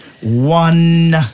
One